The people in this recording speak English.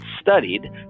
studied